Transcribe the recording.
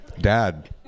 dad